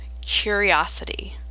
curiosity